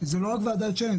זה לא רק ועדת שיינין,